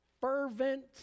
fervent